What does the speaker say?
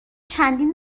چندین